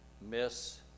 miss